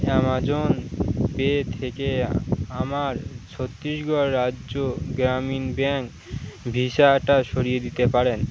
Amazon Pay থেকে আমার ছত্তিশগড় রাজ্য গ্রামীণ ব্যাঙ্ক ভিসাটা সরিয়ে দিতে পারেন